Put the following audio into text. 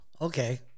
Okay